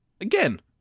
Again